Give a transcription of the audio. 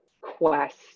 quest